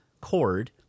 cord